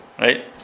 Right